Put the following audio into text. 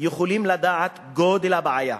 יכולים לדעת את גודל הבעיה.